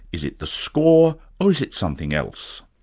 is it the score, or is it something else?